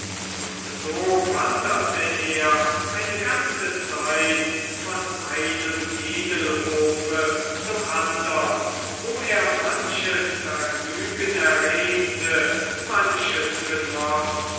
und so wanderte er eine ganze zeit von einem edelhofe zum andern wo er manches vergnügen erregte manches genoß